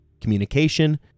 communication